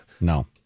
no